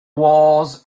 walls